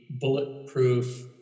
bulletproof